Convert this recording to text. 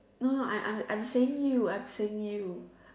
no no I'm I'm I'm saying you I'm saying you